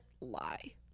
lie